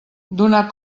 donar